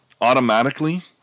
automatically